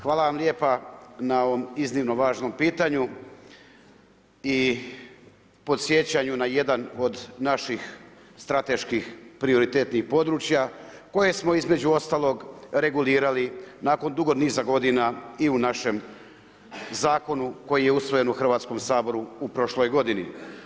Hvala vam lijepa na ovom iznimno važnom pitanju i podsjećanju na jedan od naših strateških prioritetnih područja koje smo između ostalog regulirali nakon dugog niza godina i u našem zakonu koji je usvojen u Hrvatskom saboru u prošloj godini.